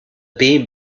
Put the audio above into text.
beam